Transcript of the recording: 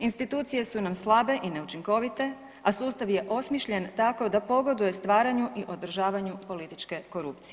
Institucije su nam slabe i neučinkovite, a sustav je osmišljen tako da pogoduje stvaranju i održavanju političke korupcije.